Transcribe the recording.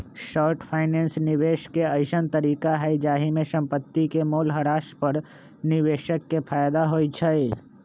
short finance निवेश के अइसँन तरीका हइ जाहिमे संपत्ति के मोल ह्रास पर निवेशक के फयदा होइ छइ